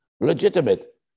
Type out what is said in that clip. legitimate